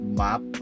map